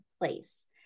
place